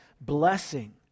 blessing